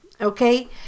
okay